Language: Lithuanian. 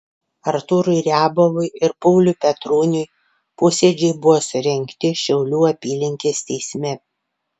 artūrui riabovui ir pauliui petroniui posėdžiai buvo surengti šiaulių apylinkės teisme